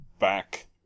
back